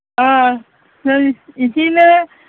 औ नै बिदिनो